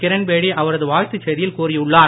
கிரண்பேடி அவரது வாழ்த்து செய்தியில் கூறியுள்ளார்